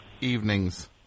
evenings